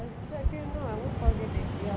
just second know I won't forgot it